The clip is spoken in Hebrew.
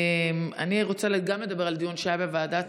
אני רוצה גם לדבר על דיון שהיה בוועדת